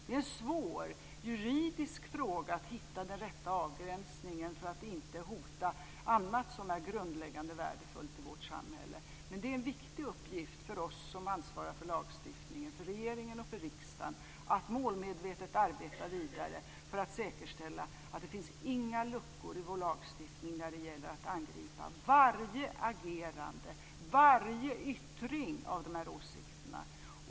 Det är en svår juridisk fråga att hitta den rätta avgränsningen för att inte hota annat som är grundläggande värdefullt i vårt samhälle. Men det är en viktig uppgift för oss som ansvarar för lagstiftningen, för regeringen och riksdagen, att målmedvetet arbeta vidare för att säkerställa att det inte finns några luckor i vår lagstiftning när det gäller att angripa varje agerande, varje yttring av de här åsikterna.